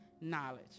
knowledge